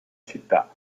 città